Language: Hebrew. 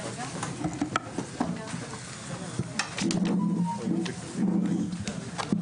ברוכים הבאים לוועדת חינוך שמקיימת היום דיון על